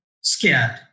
scared